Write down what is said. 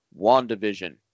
WandaVision